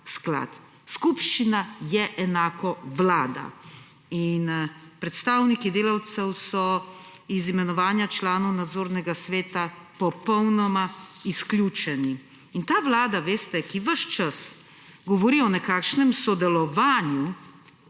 Skupščina je enako Vlada in predstavniki delavcev so iz imenovanja članov nadzornega sveta popolnoma izključeni in ta Vlada, veste, ki ves čas govori o nekakšnem sodelovanju,